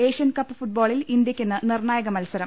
Asian Cup ഫുട്ബോളിൽ ഇന്ത്യയ്ക്ക് ഇന്ന് നിർണായക മത്സരം